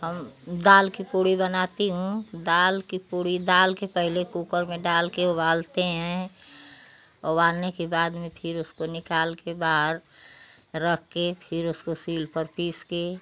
हम दाल की पूड़ी बनाती हूँ दाल की पूड़ी दाल के पहले कुकर में डाल के उबालते हैं उबालने के बाद में फिर उसको निकाल के बाहर रख के फिर उसको सील करके उसके